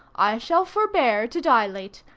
i shall forbear to dilate.